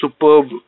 superb